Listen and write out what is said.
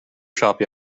shop